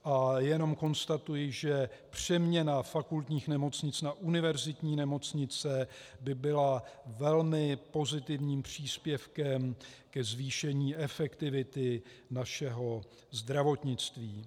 A jenom konstatuji, že přeměna fakultních nemocnic na univerzitní nemocnice by byla velmi pozitivním příspěvkem ke zvýšení efektivity našeho zdravotnictví.